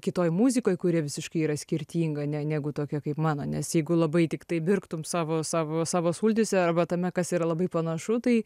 kitoje muzikoj kuri visiškai yra skirtinga negu tokia kaip mano nes jeigu labai tiktai virktum savo savo savo sultyse arba tame kas yra labai panašu tai